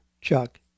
Chuck